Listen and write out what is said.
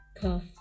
Cough